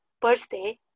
birthday